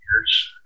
years